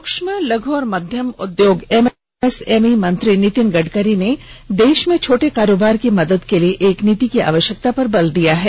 सूक्ष्म लघु और मध्यम उद्योग एमएसएमई मंत्री नितिन गडकरी ने देश में छोटेकारोबार की मदद के लिए एक नीति की आवश्यकता पर बल दिया है